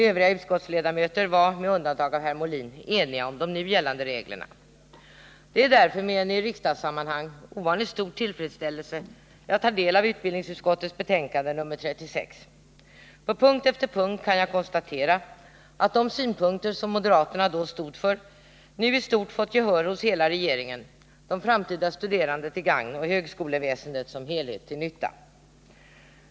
Övriga utskottsledamöter var, med undantag av herr Molin, eniga om de nu gällande reglerna. Det är därför med en i riksdagssammanhang ovanligt stor tillfredsställelse jag tar del av utbildningsutskottets betänkande nr 36. På punkt efter punkt kan jag konstatera att de synpunkter som moderaterna då stod för nu i stort fått gehör hos hela regeringen, de framtida studerande till gagn och högskoleväsendet som helhet till nytta.